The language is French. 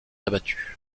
abattus